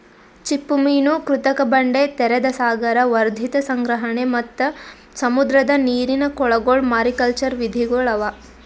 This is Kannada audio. ಚಿಪ್ಪುಮೀನು, ಕೃತಕ ಬಂಡೆ, ತೆರೆದ ಸಾಗರ, ವರ್ಧಿತ ಸಂಗ್ರಹಣೆ ಮತ್ತ್ ಸಮುದ್ರದ ನೀರಿನ ಕೊಳಗೊಳ್ ಮಾರಿಕಲ್ಚರ್ ವಿಧಿಗೊಳ್ ಅವಾ